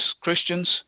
Christians